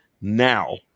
now